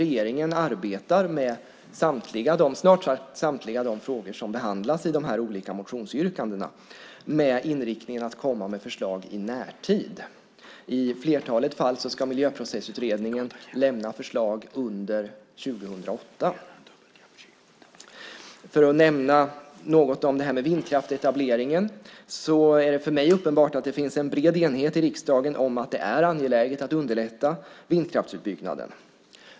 Regeringen arbetar med snart sagt samtliga frågor som behandlas i de olika motionsyrkandena med inriktningen att komma med förslag i närtid. I flertalet fall ska Miljöprocessutredningen lämna förslag under 2008. För att nämna något om vindkraftsetableringen är det för mig uppenbart att det finns en bred enighet i riksdagen om att det är angeläget att underlätta vindkraftsutbyggnaden.